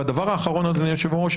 דבר אחרון אדוני היושב-ראש,